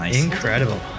Incredible